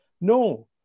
No